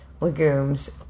legumes